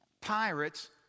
pirates